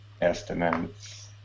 estimates